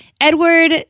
Edward